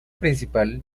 principal